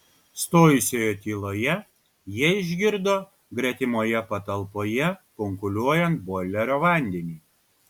stojusioje tyloje jie išgirdo gretimoje patalpoje kunkuliuojant boilerio vandenį